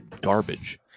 garbage